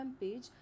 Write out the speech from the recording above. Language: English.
page